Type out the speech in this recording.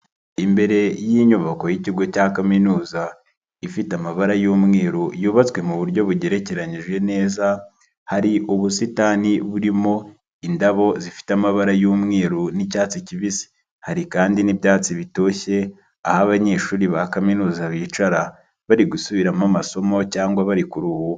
Imbere y'inyubako y'ikigo cya Kaminuza ifite amabara y'umweru yubatswe mu buryo bugerekeranyije neza, hari ubusitani burimo indabo zifite amabara y'umweru n'icyatsi kibisi. Hari kandi n'ibyatsi bitoshye, aho abanyeshuri ba Kaminuza bicara, bari gusubiramo amasomo cyangwa bari kuruhuka.